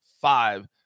five